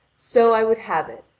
so i would have it,